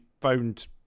found